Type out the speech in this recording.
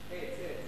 עץ.